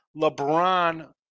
LeBron